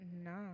No